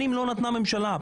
שנים לא נתנה הממשלה.